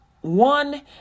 One